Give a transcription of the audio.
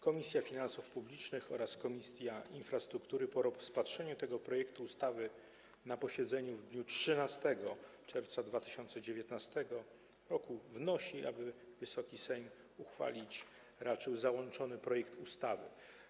Komisja Finansów Publicznych oraz Komisja Infrastruktury po rozpatrzeniu tego projektu ustawy na posiedzeniu w dniu 13 czerwca 2019 r. wnosi, aby Wysoki Sejm uchwalić raczył załączony projekt ustawy.